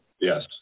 Yes